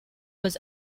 was